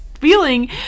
feeling